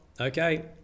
okay